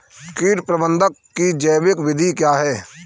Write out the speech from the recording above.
कीट प्रबंधक की जैविक विधि क्या है?